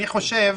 אני חושב,